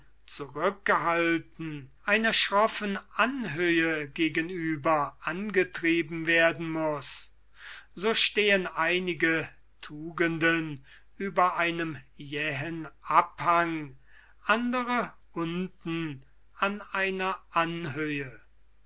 zurückgehalten einer schroffen abhöhe gegenüber angetrieben werden muß so stehen einige tugenden über einem jähen abhange andere unten an einer anhöhe